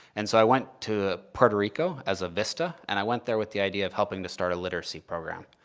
and so i went to puerto rico as a vista, and i went there with the idea of helping to start a literacy program.